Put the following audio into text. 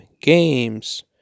Games